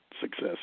success